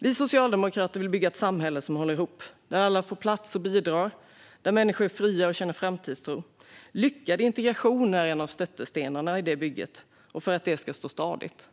Vi socialdemokrater vill bygga ett samhälle som håller ihop, där alla får plats och bidrar och där människor är fria och känner framtidstro. Lyckad integration är en av hörnstenarna för att det bygget ska stå stadigt.